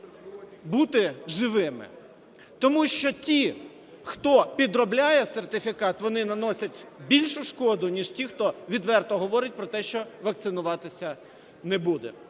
бути живими, тому що ті, хто підробляє сертифікат, вони наносять більшу шкоду, ніж ті, хто відверто говорять про те, що вакцинуватися не будуть.